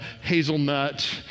hazelnut